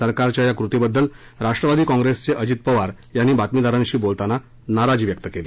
सरकारच्या या कृतीबद्दल राष्ट्रवादी काँप्रेसचे अजित पवार यांनी बातमीदारांशी बोलताना नाराजी व्यक्त केली